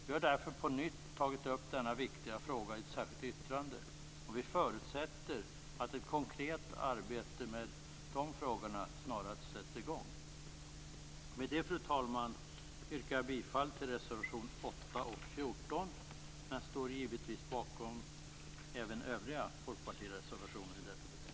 Vi har därför på nytt tagit upp denna viktiga fråga i ett särskilt yttrande, och vi förutsätter att ett konkret arbete med de frågorna snarast sätts i gång. Med det, fru talman, yrkar jag bifall till reservationerna 8 och 14. Men jag står givetvis bakom även övriga folkpartireservationer till detta betänkande.